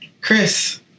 Chris